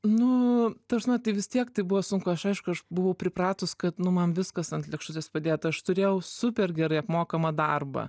nu ta prasme tai vis tiek tai buvo sunku aš aišku aš buvau pripratus kad nu man viskas ant lėkštutės padėta aš turėjau super gerai apmokamą darbą